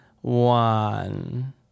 one